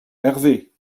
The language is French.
hervé